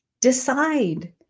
Decide